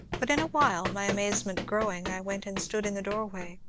but in a while, my amazement growing, i went and stood in the doorway,